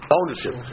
ownership